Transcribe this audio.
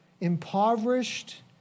impoverished